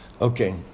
Okay